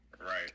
Right